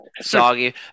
Soggy